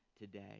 today